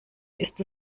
ist